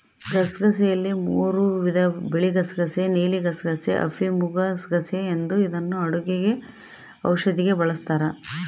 ಗಸಗಸೆಯಲ್ಲಿ ಮೂರೂ ವಿಧ ಬಿಳಿಗಸಗಸೆ ನೀಲಿಗಸಗಸೆ, ಅಫಿಮುಗಸಗಸೆ ಎಂದು ಇದನ್ನು ಅಡುಗೆ ಔಷಧಿಗೆ ಬಳಸ್ತಾರ